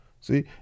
See